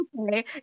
okay